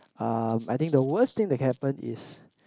um I think the worst thing that can happen is